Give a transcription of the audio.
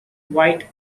white